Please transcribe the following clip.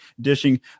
dishing